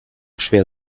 schwer